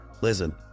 listen